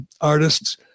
artists